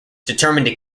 determined